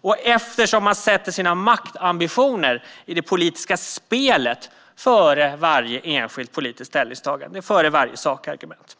och eftersom de sätter sina maktambitioner i det politiska spelet före varje enskilt politiskt ställningstagande och före varje sakargument.